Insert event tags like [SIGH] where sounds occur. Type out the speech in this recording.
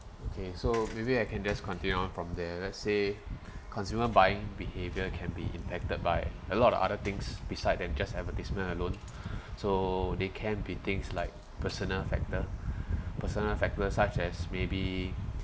okay so maybe I can just continue on from there let's say consumer buying behaviour can be impacted by a lot of other things beside than just advertisement alone [BREATH] so they can be things like personal factor [BREATH] personal factor such as maybe